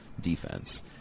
defense